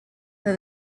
for